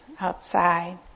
outside